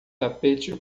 tapete